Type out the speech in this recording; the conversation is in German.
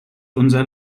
unser